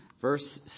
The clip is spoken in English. verse